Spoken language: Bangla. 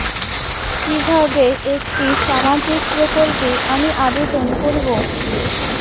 কিভাবে একটি সামাজিক প্রকল্পে আমি আবেদন করব?